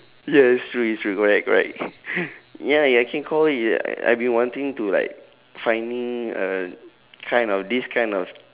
ya it's true it's true correct correct ya ya can call it ya I've been wanting to like finding a kind of this kind of